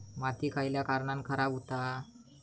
माती खयल्या कारणान खराब हुता?